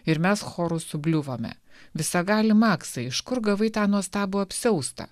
ir mes choru subliuvome visagali maksai iš kur gavai tą nuostabų apsiaustą